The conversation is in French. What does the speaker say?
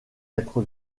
être